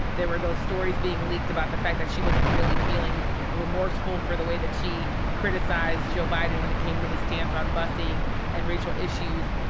there were those stories being leaked about the fact that she wasn't really feeling remorseful for the way that she criticized joe biden when it came to his stance on busing and racial issues.